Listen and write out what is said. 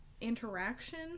interaction